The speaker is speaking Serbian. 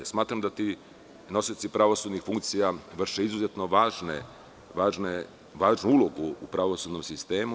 Smatram da ti nosioci pravosudnih funkcija imaju izuzetno važnu ulogu u pravosudnom sistemu.